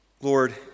Lord